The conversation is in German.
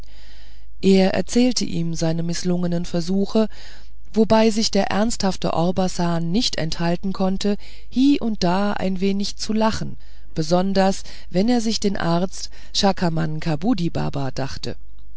er erzählte ihm seine mißlungenen versuche wobei sich der ernsthafte orbasan nicht enthalten konnte hie und da ein wenig zu lachen besonders wenn er sich den arzt chakamankabudibaba dachte